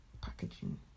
packaging